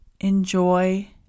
enjoy